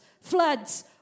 Floods